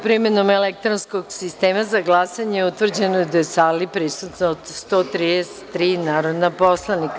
primenom elektronskog sistema za glasanje, utvrđeno da je u sali prisutno 133 narodna poslanika.